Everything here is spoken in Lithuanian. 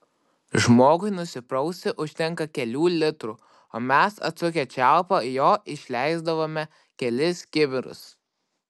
žmogui nusiprausti užtenka kelių litrų o mes atsukę čiaupą jo išleisdavome kelis kibirus